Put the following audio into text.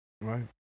Right